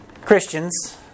Christians